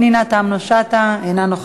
מוותר, חברת הכנסת פנינה תמנו-שטה, אינה נוכחת,